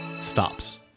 stops